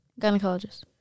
gynecologist